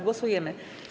Głosujemy.